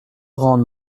rende